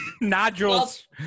Nodules